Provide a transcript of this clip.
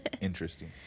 Interesting